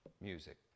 music